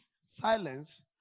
silence